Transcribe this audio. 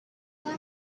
them